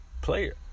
player